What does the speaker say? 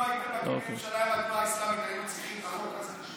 אם לא הייתם מקימים ממשלה עם התנועה האסלאמית היינו צריכים את החוק הזה?